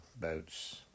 boats